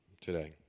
today